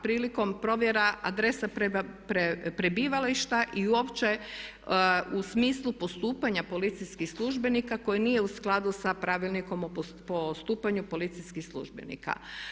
Prilikom provjera adrese prebivališta i uopće u smislu postupanja policijskih službenika koji nije u skladu sa Pravilnikom o postupanju policijskih službenika.